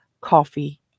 coffee